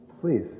Please